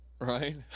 Right